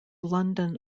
london